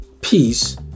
peace